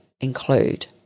include